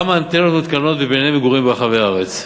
4. כמה אנטנות מותקנות בבנייני מגורים ברחבי הארץ?